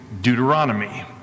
Deuteronomy